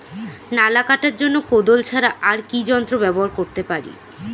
নালা কাটার জন্য কোদাল ছাড়া আর কি যন্ত্র ব্যবহার করতে পারি?